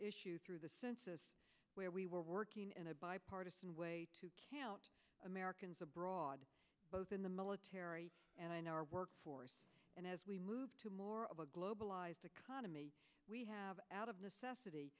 issue through the where we were working in a bipartisan way americans abroad both in the military and i know our workforce and as we move to more of a globalized economy we have out of necessity